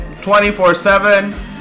24-7